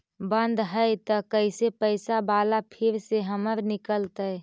बन्द हैं त कैसे पैसा बाला फिर से हमर निकलतय?